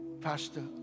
Pastor